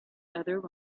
other